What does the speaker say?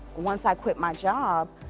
once i quit my job,